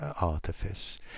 artifice